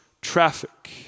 traffic